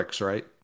right